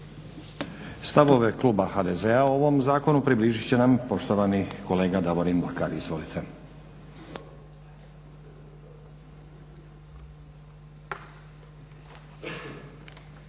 Stavove Kluba HDZ-a o ovom zakonu približit će nam poštovani kolega Davorin Mlakar. Izvolite.